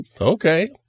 Okay